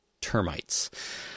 termites